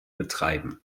betreiben